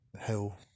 Hill